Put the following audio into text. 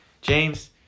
James